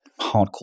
hardcore